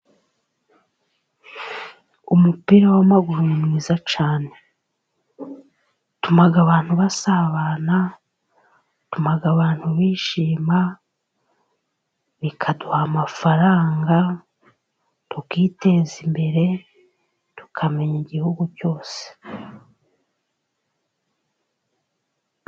Umupira w'amaguru ni mwiza cyane, utuma abantu basabana utuma abantu bishima, bikaduha amafaranga tukiteza imbere tukamenya igihugu cyose.